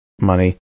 money